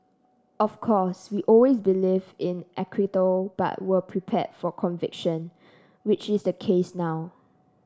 of course we always believed in acquittal but were prepared for conviction which is the case now